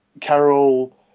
Carol